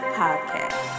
podcast